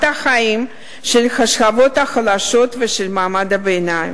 החיים של השכבות החלשות ושל מעמד הביניים.